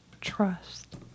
trust